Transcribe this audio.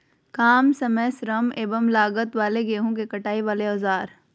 काम समय श्रम एवं लागत वाले गेहूं के कटाई वाले औजार?